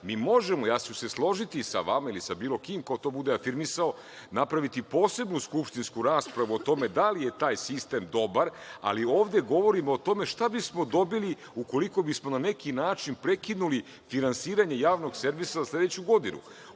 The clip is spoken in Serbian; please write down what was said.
možemo, ja ću se složiti sa vama ili sa bilo kim ko to bude afirmisao, napraviti posebnu skupštinsku raspravu o tome da li je taj sistem dobar, ali ovde govorimo o tome šta bismo dobili ukoliko bismo na neki način prekinuli finansiranje Javnog servisa za sledeću godinu. Upravo